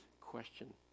question